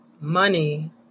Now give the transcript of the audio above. Money